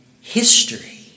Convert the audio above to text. history